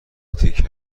تکه